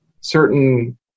certain